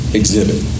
exhibit